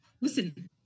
listen